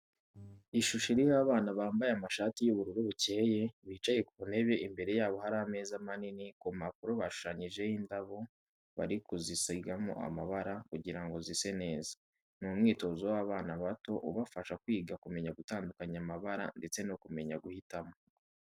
Ishusho iriho abana bambaye amashati y'ubururu bukeye, bicaye ku ntebe imbere yabo hari ameza manini ku mpapuro bashushanyije indabo bari kuzisigamo amabara kugira ngo zise neza, ni umwitozo w'abana bato ubafasha kwiga kumeya gutandukanya amabara ndetse no kumenya guhitamo.